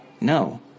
no